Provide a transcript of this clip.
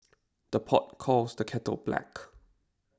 the pot calls the kettle black